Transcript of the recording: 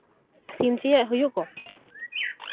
ᱥᱤᱢ ᱪᱮᱜ ᱦᱩᱭᱩᱜ ᱟᱠᱚ